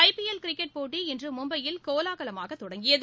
ஐ P L cricket போட்டி இன்று மும்பையில் கோலாகலமாகத் தொடங்கியது